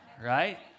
right